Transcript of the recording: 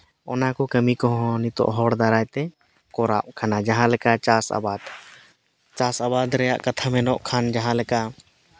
ᱚᱱᱟ ᱠᱚ ᱠᱟᱹᱢᱤ ᱠᱚᱦᱚᱸ ᱱᱤᱛᱚᱜ ᱦᱚᱲ ᱫᱟᱨᱟᱭ ᱛᱮ ᱠᱚᱨᱟᱜ ᱠᱟᱱᱟ ᱡᱟᱦᱟᱸ ᱞᱮᱠᱟ ᱪᱟᱥ ᱟᱵᱟᱫ ᱪᱟᱥ ᱟᱵᱟᱫ ᱨᱮᱭᱟᱜ ᱠᱟᱛᱷᱟ ᱢᱮᱱᱚᱜ ᱠᱷᱟᱱ ᱡᱟᱦᱟᱸ ᱞᱮᱠᱟ